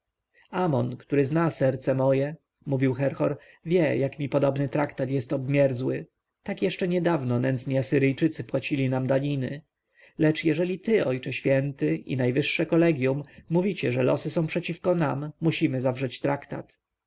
amon który zna moje serce mówił herhor wie jak mi podobny traktat jest obmierzły tak jeszcze niedawno nędzni asyryjczycy płacili nam daniny lecz jeżeli ty ojcze święty i najwyższe kolegjum mówicie że losy są przeciwko nam musimy zawrzeć traktat